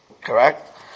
Correct